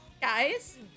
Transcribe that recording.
Guys